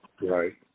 right